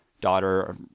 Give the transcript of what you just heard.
daughter